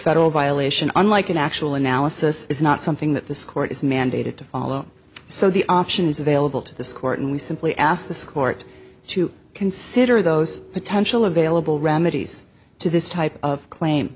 federal violation unlike an actual analysis is not something that this court is mandated to follow so the option is available to this court and we simply ask this court to consider those potential available remedies to this type of claim